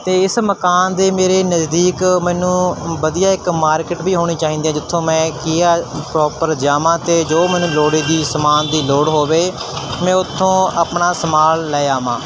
ਅਤੇ ਇਸ ਮਕਾਨ ਦੇ ਮੇਰੇ ਨਜ਼ਦੀਕ ਮੈਨੂੰ ਵਧੀਆ ਇੱਕ ਮਾਰਕੀਟ ਵੀ ਹੋਣੀ ਚਾਹੀਦੀ ਆ ਜਿੱਥੋਂ ਮੈਂ ਕੀ ਆ ਪ੍ਰੋਪਰ ਜਾਵਾਂ ਅਤੇ ਜੋ ਮੈਨੂੰ ਲੋੜੀਂਦੀ ਸਮਾਨ ਦੀ ਲੋੜ ਹੋਵੇ ਮੈਂ ਉੱਥੋਂ ਆਪਣਾ ਸਮਾਨ ਲੈ ਆਵਾਂ